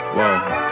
Whoa